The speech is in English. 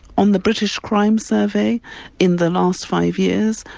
on the british crime survey in the last five years,